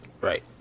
Right